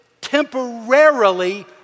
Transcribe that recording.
temporarily